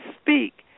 speak